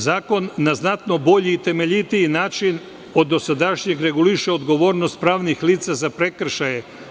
Zakon na znatno bolji i temeljitiji način od dosadašnjeg, reguliše odgovornost pravnih lica za prekršaje.